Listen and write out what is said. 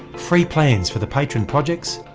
free plans for the patron projects,